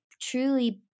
truly